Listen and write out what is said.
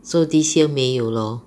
so this year 没有 lor